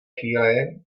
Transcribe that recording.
chvíli